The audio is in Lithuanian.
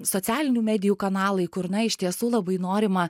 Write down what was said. socialinių medijų kanalai kur na iš tiesų labai norima